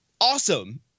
awesome